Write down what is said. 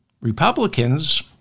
Republicans